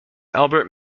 albert